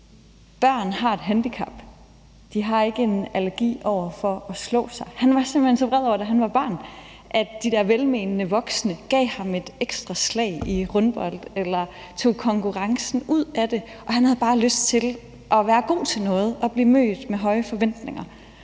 Børn har et handicap; de har ikke en allergi over for at slå sig. Han var simpelt hen så vred over, da han var barn, at de der velmenende voksne og gav ham et ekstra slag i rundbold eller tog konkurrencen ud af det, og han havde bare lyst til at være god til noget og blive mødt med høje forventninger.